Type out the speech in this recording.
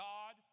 God